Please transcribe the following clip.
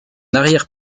arrière